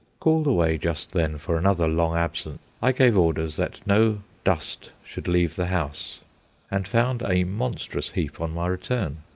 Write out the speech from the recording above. called away just then for another long absence, i gave orders that no dust should leave the house and found a monstrous heap on my return.